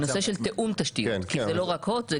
נושא תיאום תשתיות, כי זה לא רק HOT זה